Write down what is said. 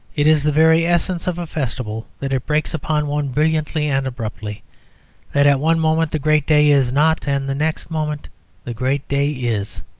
it is the very essence of a festival that it breaks upon one brilliantly and abruptly, that at one moment the great day is not and the next moment the great day is.